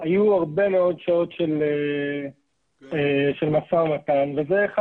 היו הרבה מאוד שעות של משא ומתן וזה אחד